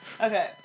Okay